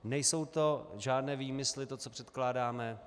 Nejsou to žádné výmysly, to, co předkládáme.